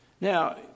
Now